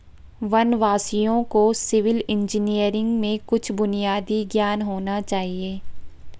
वनवासियों को civil engineering में कुछ बुनियादी ज्ञान होना चाहिए